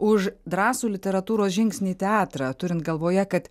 už drąsų literatūros žingsnį į teatrą turint galvoje kad